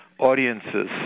Audiences